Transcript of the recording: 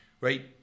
right